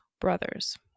brothers